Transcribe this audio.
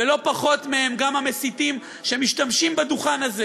ולא פחות מהם גם המסיתים שמשתמשים בדוכן הזה